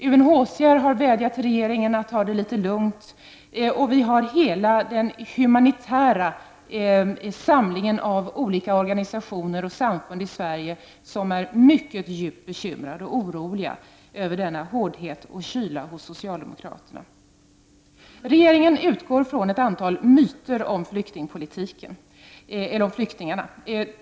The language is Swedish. UNHCR har vädjat till regeringen att ta det litet lugnt. Och vi har alla de olika humanitära organisationer och samfund i Sverige som är mycket djupt bekymrade över denna hårdhet och kyla hos socialdemokraterna. Regeringen utgår från ett antal myter om flyktingarna.